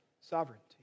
sovereignty